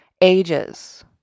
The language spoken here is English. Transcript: ages